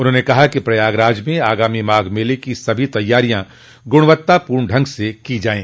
उन्होंने कहा कि प्रयागराज में आगामी माघ मेले की सभी तैयारियां गुणवत्तापूर्ण ढंग से की जाये